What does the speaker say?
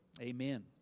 Amen